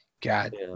God